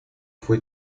fue